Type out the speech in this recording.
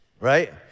Right